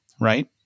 right